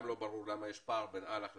לא ברור למה יש פער בין אל"ח לקיבוצים.